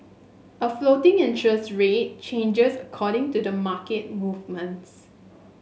a floating interest rate changes according to the market movements